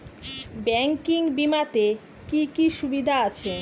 Banking বিমাতে কি কি সুবিধা আছে?